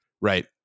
Right